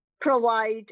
provide